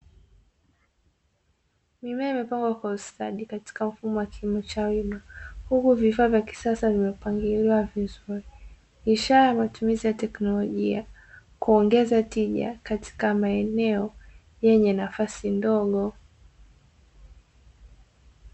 Mimea imepangwa kwa ustadi katika mfumo wa kilimo cha wima huku vifaa vya kisasa vimepangiliwa vizuri, ishara ya matumizi ya teknolojia kuongeza tija katika maeneo yenye nafasi ndogo.